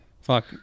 Fuck